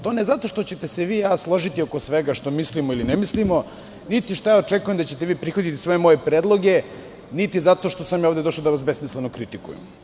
To ne zato što ćete se vi i ja složiti oko svega što mislimo ili ne mislimo, niti što ja očekujem da ćete vi prihvatiti sve moje predloge, niti zato što sam ja ovde došao da vas besmisleno kritikujem.